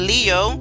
Leo